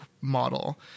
model